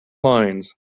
lines